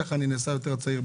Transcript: כך אני נעשה צעיר יותר.